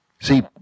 See